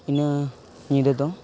ᱤᱱᱟᱹ ᱧᱤᱫᱟᱹᱫᱚ